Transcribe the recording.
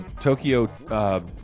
Tokyo